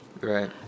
right